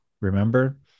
Remember